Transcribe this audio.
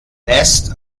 nest